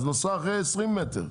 אז נסע אחרי 20 מטר.